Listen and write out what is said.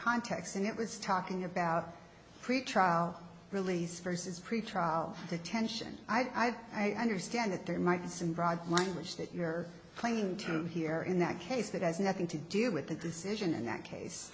context and it was talking about pretrial release versus pretrial detention i understand that there might be some broad language that you're playing to here in that case that has nothing to do with the decision in that case